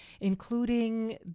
including